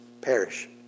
Perish